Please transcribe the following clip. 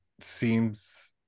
seems